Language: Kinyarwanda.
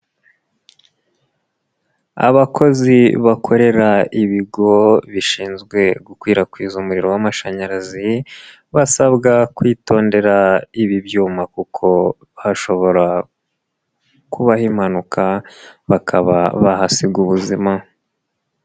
Abakozi bakorera ibigo bishinzwe gukwirakwiza umuriro w'amashanyarazi basabwa kwitondera ibi byuma kuko hashobora kubaho impanuka, bakaba bahasiga ubuzima.